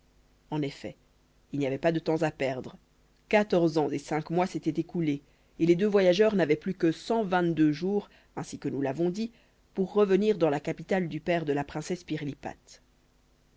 en effet il n'y avait pas de temps à perdre quatorze ans et cinq mois s'étaient écoulés et les deux voyageurs n'avaient plus que cent vingt-deux jours ainsi que nous l'avons dit pour revenir dans la capitale du père de la princesse